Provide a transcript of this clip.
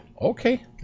Okay